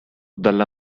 dalla